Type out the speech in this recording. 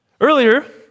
Earlier